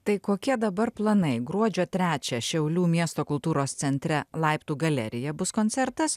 tai kokie dabar planai gruodžio trečią šiaulių miesto kultūros centre laiptų galerija bus koncertas